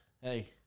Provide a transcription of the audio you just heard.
Hey